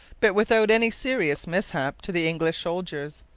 but without any serious mishap to the english soldiers.